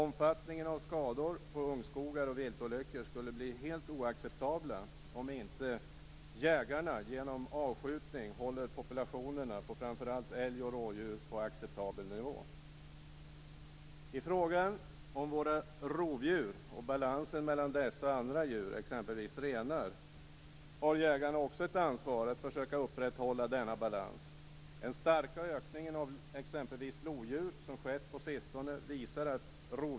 Omfattningen av viltolyckor och skador på ungskog skulle bli helt oacceptabel om inte jägarna genom avskjutning höll populationerna av framför allt älg och rådjur på en acceptabel nivå. I frågan om våra rovdjur och balansen mellan dessa och andra djur, exempelvis renar, har jägarna också ett ansvar för att försöka upprätthålla denna balans.